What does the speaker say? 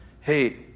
hey